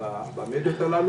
במדיה.